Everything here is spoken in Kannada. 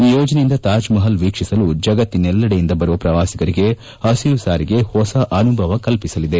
ಈ ಯೋಜನೆಯಿಂದ ತಾಜ್ಮಹಲ್ ವೀಕ್ಷಿಸಲು ಜಗತ್ತಿನೆಲ್ಲೆಡೆಯಿಂದ ಬರುವ ಪ್ರವಾಸಿಗರಿಗೆ ಪಸಿರು ಸಾರಿಗೆ ಹೊಸ ಅನುಭವ ಕಲ್ಪಿಸಲಿದೆ